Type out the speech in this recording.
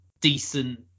decent